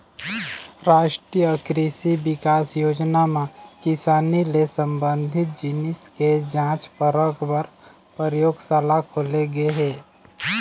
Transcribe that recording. रास्टीय कृसि बिकास योजना म किसानी ले संबंधित जिनिस के जांच परख पर परयोगसाला खोले गे हे